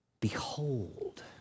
Behold